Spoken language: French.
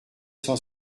cent